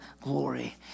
glory